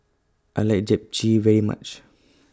I like Japchae very much